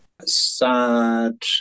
Sad